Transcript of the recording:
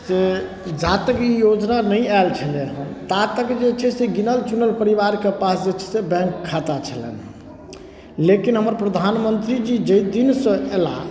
से जा तक ई योजना नहि आयल छलै हँ ता तक जे छै से गिनल चुनल परिवारके पास जे छै से बैंक खाता छलै लेकिन हमर प्रधानमन्त्रीजी जै दिनसँ अयला